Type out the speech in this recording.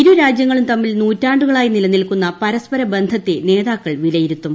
ഇരുപ്പിക് രാജ്യങ്ങളും തമ്മിൽ നൂറ്റാണ്ടുകളായി നിലനിൽക്കുന്ന പ്രർസ്പ്പരബന്ധത്തെ നേതാക്കൾ വിലയിരുത്തും